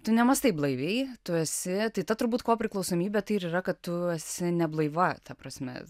tu nemąstai blaiviai tu esi ta turbūt ko priklausomybė tai ir yra kad tu esi neblaiva ta prasme